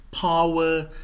power